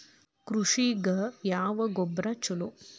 ಕೃಷಿಗ ಯಾವ ಗೊಬ್ರಾ ಛಲೋ?